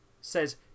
says